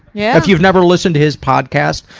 yeah if you've never listened to his podcast,